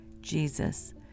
Jesus